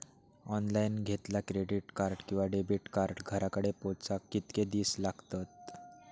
Online घेतला credit card किंवा debit card घराकडे पोचाक कितके दिस लागतत?